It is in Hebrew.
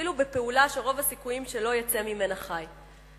אפילו בפעולה שרוב הסיכויים שלא יצא ממנה חי".